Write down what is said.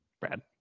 Brad